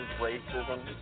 racism